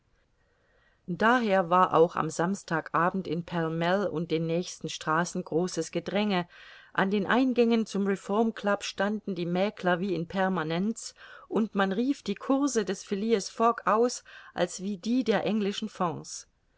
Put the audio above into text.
daher war auch am samstag abend in pall mall und den nächsten straßen großes gedränge an den eingängen zum reformclub standen die mäkler wie in permanenz und man rief die course des phileas fogg aus als wie die der englischen